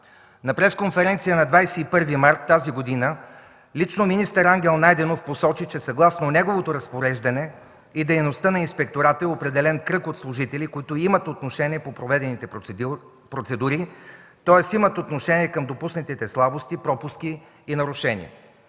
На пресконференция на 21 март тази година лично министър Ангел Найденов посочи, че съгласно неговото разпореждане и дейността на Инспектората е определен кръг от служители, които имат отношение по проведените процедури, тоест имат отношение към допуснатите слабости, пропуски и нарушения.